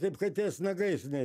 kaip katės nagai nei